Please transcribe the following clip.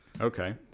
Okay